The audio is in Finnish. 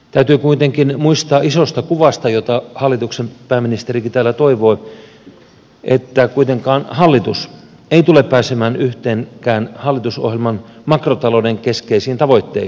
täytyy kuitenkin muistuttaa isosta kuvasta mitä hallituksen pääministerikin täällä toivoi että kuitenkaan hallitus ei tule pääsemään yhteenkään hallitusohjelman makrotalouden keskeiseen tavoitteeseensa